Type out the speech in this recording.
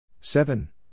Seven